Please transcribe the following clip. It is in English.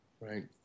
right